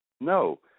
No